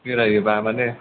बेरायोबा माने